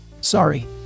Sorry